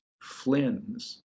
Flynn's